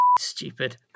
stupid